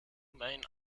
main